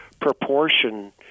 proportion